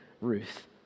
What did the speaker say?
Ruth